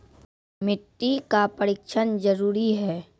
मिट्टी का परिक्षण जरुरी है?